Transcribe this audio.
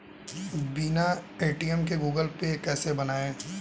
बिना ए.टी.एम के Google Pay कैसे बनायें?